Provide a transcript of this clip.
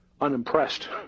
unimpressed